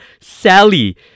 Sally